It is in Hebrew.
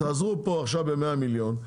תעזרו פה עכשיו ב-100 מיליון,